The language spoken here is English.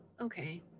okay